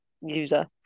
user